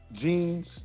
jeans